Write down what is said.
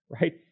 Right